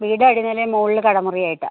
വീട് അടി നിലയും മുകളിൽ കട മുറി ആയിട്ടാണ്